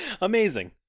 Amazing